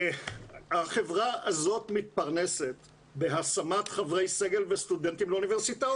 החברה הזאת מתפרנסת מהשמת חברי סגל וסטודנטים לאוניברסיטאות.